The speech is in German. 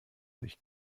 riecht